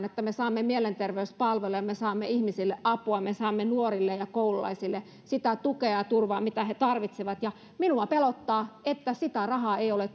että me saamme mielenterveyspalveluja me saamme ihmisille apua ja me saamme nuorille ja koululaisille sitä tukea ja turvaa mitä he tarvitsevat ja minua pelottaa että sitä rahaa ei ole